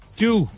two